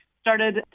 started